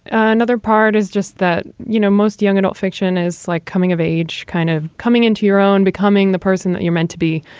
another part is just that, you know, most young adult fiction is like coming of age, kind of coming into your own, becoming the person that you're meant to be.